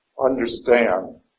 understand